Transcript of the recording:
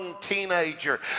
teenager